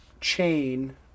chain